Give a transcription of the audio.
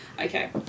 Okay